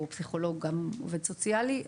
פסיכולוג או עובד סוציאלי: